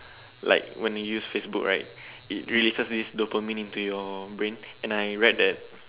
like when you use Facebook right it really permanently burn inside your brain and I read that